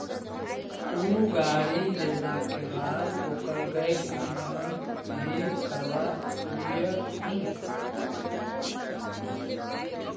तु गाड़ी लेला के बाद ओकर गैप बीमा भी करवा लियहून